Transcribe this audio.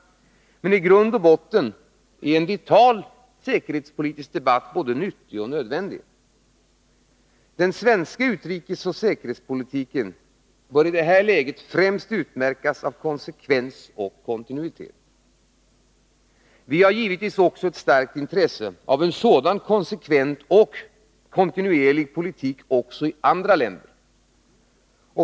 Men i grund och botten är en vital säkerhetspolitisk debatt både nyttig och nödvändig. Den svenska utrikesoch säkerhetspolitiken bör i detta läge främst utmärkas av konsekvens och kontinuitet. Vi har givetvis också ett starkt intresse av en sådan konsekvent och kontinuerlig politik i andra länder.